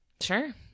Sure